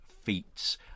feats